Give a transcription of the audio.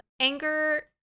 anger